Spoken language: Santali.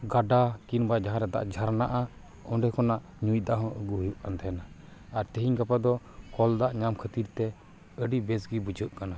ᱜᱟᱰᱟ ᱠᱤᱢᱵᱟ ᱡᱟᱦᱟᱸ ᱨᱮ ᱫᱟᱜ ᱡᱷᱟᱨᱱᱟᱜᱼᱟ ᱚᱸᱰᱮ ᱠᱷᱚᱱᱟᱜ ᱧᱩᱭ ᱫᱟᱜ ᱦᱚᱸ ᱟᱹᱜᱩᱭ ᱦᱩᱭᱩᱜ ᱠᱟᱱ ᱛᱟᱦᱮᱸᱱᱟ ᱟᱨ ᱛᱤᱦᱤᱧ ᱜᱟᱯᱟ ᱫᱚ ᱠᱚᱞ ᱫᱟᱜ ᱧᱟᱢ ᱠᱷᱟᱹᱛᱤᱨ ᱛᱮ ᱟᱹᱰᱤ ᱵᱮᱥ ᱜᱮ ᱵᱩᱡᱷᱟᱹᱜ ᱠᱟᱱᱟ